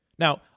Now